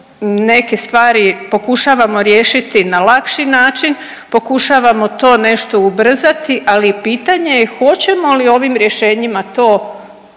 neke stvari pokušavamo riješiti na lakši način, pokušavamo to nešto ubrzati, ali pitanje je hoćemo li to ovim rješenjima to i